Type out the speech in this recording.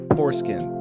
Foreskin